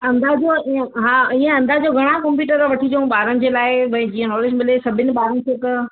अंदाजो इअं हा इअं अंदाजो घणा कंप्युटर वठी अचूं ॿारनि जे लाइ जीअं भई नॉलेज मिले सभिनी ॿारनि खे त